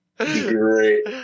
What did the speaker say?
great